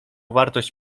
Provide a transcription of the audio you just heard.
wartość